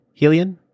Helion